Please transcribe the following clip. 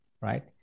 right